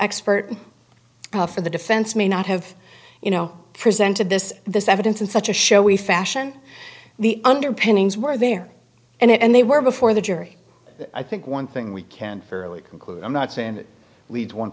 expert for the defense may not have you know presented this this evidence in such a show we fashion the underpinnings were there and they were before the jury i think one thing we can fairly conclude i'm not saying that we've one